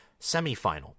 semifinal